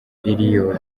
iriho